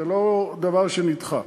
זה לא דבר שנדחה.